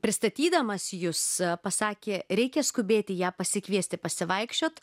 pristatydamas jus pasakė reikia skubėti ją pasikviesti pasivaikščiot